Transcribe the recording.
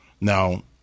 Now